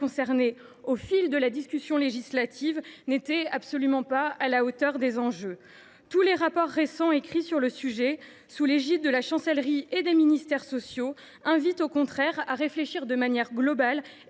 concernés, au fil de la discussion législative, n’était absolument pas à la hauteur des enjeux. Tous les rapports récents écrits sur le sujet, sous l’égide de la Chancellerie et des ministères sociaux, invitent au contraire à réfléchir de manière globale